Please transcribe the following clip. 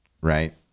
right